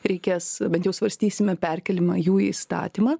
reikės bent jau svarstysime perkėlimą jų į įstatymą